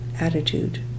attitude